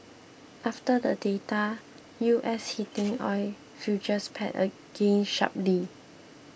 after the data U S heating oil futures pared gains sharply